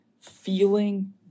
feeling